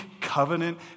covenant